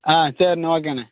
ஆ சரிண்ணே ஓகேண்ணே